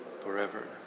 forever